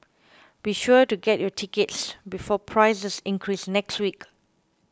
be sure to get your tickets before prices increase next week